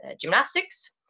gymnastics